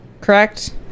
Correct